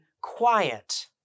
quiet